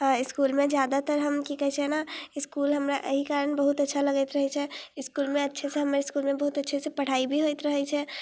अऽ इसकुलमे जादातर हम कि कहै छै ने इसकुल हमरा अहि कारण बहुत अच्छा लगैत रहै छै इसकुलमे अच्छेसँ हमर इसकुलमे बहुत अच्छेसँ पढ़ाइ भी होइत रहै छै